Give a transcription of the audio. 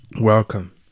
Welcome